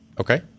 okay